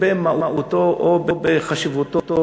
במהותם או בחשיבותם,